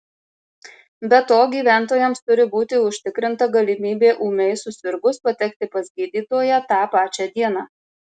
be to gyventojams turi būti užtikrinta galimybė ūmiai susirgus patekti pas gydytoją tą pačią dieną